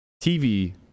tv